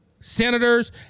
senators